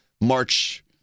March